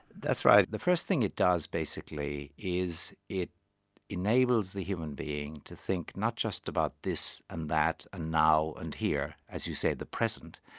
that's right. the first thing it does basically, is it enables the human being to think not just about this and that and now and here, as you say, the present,